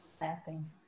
Laughing